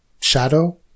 shadow